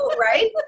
right